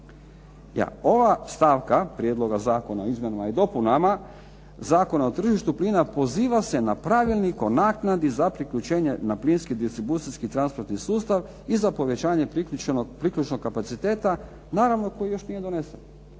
Ova stavka Prijedloga zakona o izmjenama i dopunama Zakona o tržištu plina poziva se na Pravilnik o naknadi za priključenje na plinski distribucijski i transportni sustav i za povećanje priključnog kapaciteta, naravno koji još nije donesen.